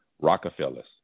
Rockefellers